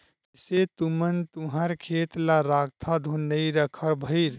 कइसे तुमन तुँहर खेत ल राखथँव धुन नइ रखव भइर?